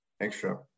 extra